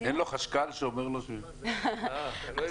אין לו חשכ"ל שאומר לו -- אני אשמח להתייחס.